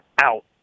out